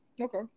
Okay